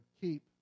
Keep